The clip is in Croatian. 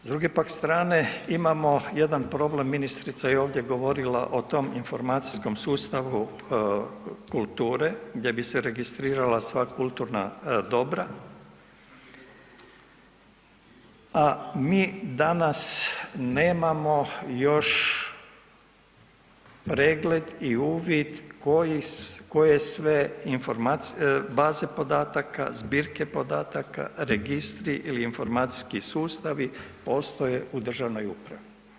S druge pak strane imamo jedan problem, ministrica je ovdje govorila o tom informacijskom sustavu kulture gdje bi se registrirala sva kulturna dobra, a mi danas nemamo još pregled i uvid koji, koje sve baze podataka, zbirke podataka, registri ili informacijski sustavi postoje u državnoj upravi.